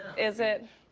is it